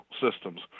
systems